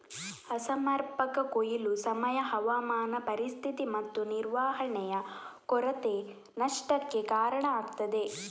ಅಸಮರ್ಪಕ ಕೊಯ್ಲು, ಸಮಯ, ಹವಾಮಾನ ಪರಿಸ್ಥಿತಿ ಮತ್ತು ನಿರ್ವಹಣೆಯ ಕೊರತೆ ನಷ್ಟಕ್ಕೆ ಕಾರಣ ಆಗ್ತದೆ